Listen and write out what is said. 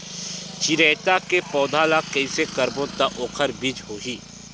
चिरैता के पौधा ल कइसे करबो त ओखर बीज होई?